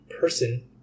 person